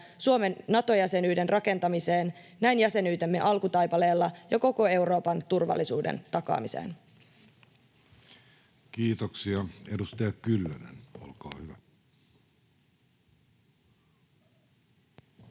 Suomen Nato-jäsenyyden rakentamiseen näin jäsenyytemme alkutaipaleella ja koko Euroopan turvallisuuden takaamiseen. [Speech 76] Speaker: Jussi Halla-aho